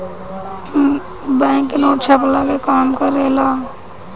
bank note छ्पला के काम करेला